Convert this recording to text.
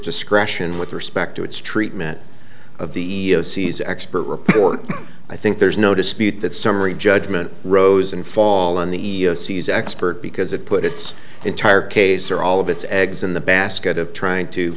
discretion with respect to its treatment of the e e o c is expert report i think there's no dispute that summary judgment rose and fall on the e e o c is expert because it put its entire case or all of its eggs in the basket of trying to